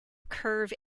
curve